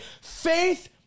Faith